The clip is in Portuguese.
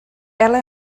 ela